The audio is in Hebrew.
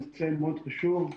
נושא מאוד חשוב.